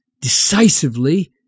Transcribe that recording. decisively